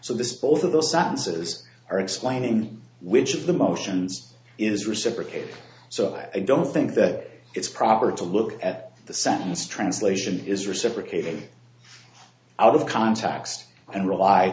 so this both of those answers are explaining which of the motions is reciprocated so i don't think that it's proper to look at the sentence translation is reciprocating out of context and rely